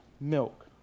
milk